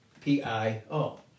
P-I-O